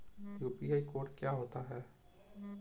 UPI code क्या होता है?